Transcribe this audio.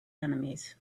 enemies